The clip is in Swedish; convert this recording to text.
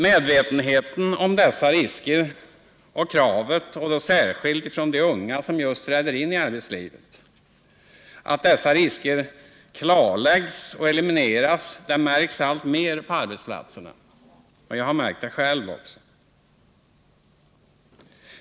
Medvetenheten om dessa risker och kravet, särskilt från de unga som just träder in i arbetslivet, att dessa risker klarläggs och elimineras märks alltmer på våra arbetsplatser — jag har märkt det själv också.